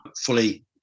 fully